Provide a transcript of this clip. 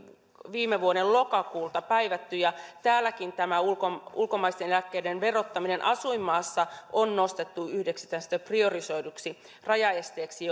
viime vuoden lokakuulle päivätty ja täälläkin tämä ulkomaisten ulkomaisten eläkkeiden verottaminen asuinmaassa on nostettu yhdeksi priorisoiduksi rajaesteeksi